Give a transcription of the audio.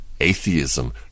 Atheism